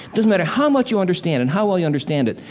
doesn't matter how much you understand and how well you understand it,